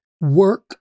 work